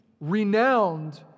renowned